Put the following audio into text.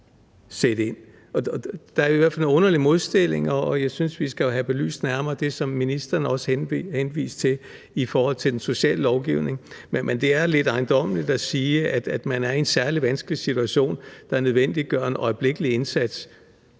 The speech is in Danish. Det er i hvert fald en underlig modstilling, og jeg synes, vi skal have belyst det, som ministeren også henviste til, nærmere i forhold til den sociale lovgivning. Det er lidt ejendommeligt at sige, at er man i en særlig vanskelig situation, der nødvendiggør en øjeblikkelig indsats,